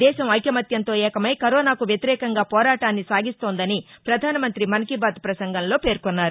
దేశం ఐకమత్యంతో ఏకమై కరోనాకు వ్యతిరేకంగా పోరాటాన్ని సాగిస్తోందని పధానమంతి మన్ కీ బాత్ పసంగంలో పేర్కొన్నారు